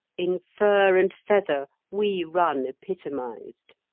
in fur and feather we run epitomised.